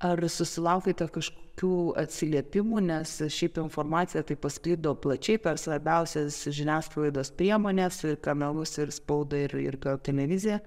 ar susilaukėte kažkokių atsiliepimų nes šiaip informacija taip pasklido plačiai per svarbiausias žiniasklaidos priemones kanalus ir spaudą ir ir per televiziją